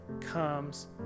comes